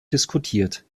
diskutiert